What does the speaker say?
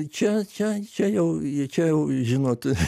čia čia čia jau čia jau žinot